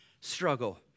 struggle